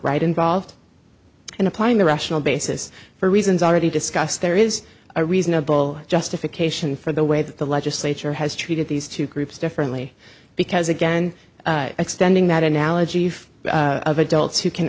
right involved in applying the rational basis for reasons already discussed there is a reasonable justification for the way that the legislature has treated these two groups differently because again extending that analogy if adults who